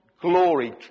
glory